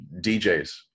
DJs